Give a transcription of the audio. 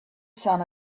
sun